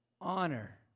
honor